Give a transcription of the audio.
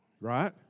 right